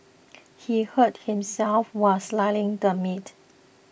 he hurt himself while slicing the meat